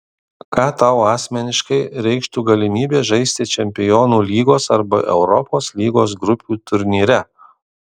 ką tau asmeniškai reikštų galimybė žaisti čempionų lygos arba europos lygos grupių turnyre